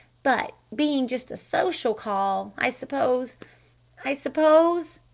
but being just a social call i suppose i suppose?